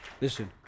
Listen